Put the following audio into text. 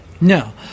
No